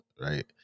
right